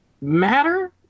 matter